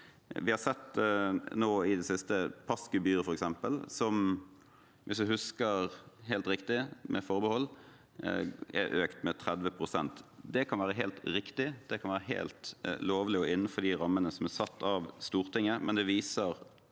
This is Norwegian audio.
siste sett passgebyret f.eks. som, hvis jeg husker helt riktig, med forbehold, er økt med 30 pst. Det kan være helt riktig. Det kan være helt lovlig og innenfor de rammene som er satt av Stortinget, men det viser